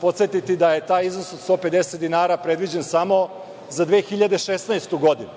Podsetiću vas da je taj iznos od 150 dinara predviđen samo za 2016. godinu.